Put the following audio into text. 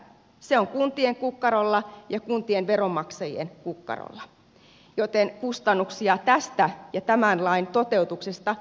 se on kuntien kukkarolla ja kuntien veronmaksajien kukkarolla joten kustannuksia tästä ja tämän lain toteutuksesta totta vieköön tulee